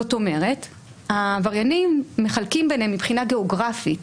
זאת אומרת העבריינים מחלקים ביניהם מבחינה גיאוגרפית